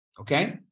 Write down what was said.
Okay